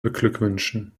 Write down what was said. beglückwünschen